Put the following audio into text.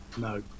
no